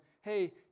hey